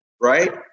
right